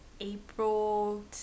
April